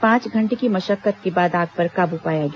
पांच घंटे की मशक्कत के बाद आग पर काबू पाया गया